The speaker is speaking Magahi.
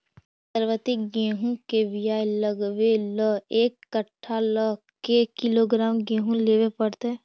सरबति गेहूँ के बियाह लगबे ल एक कट्ठा ल के किलोग्राम गेहूं लेबे पड़तै?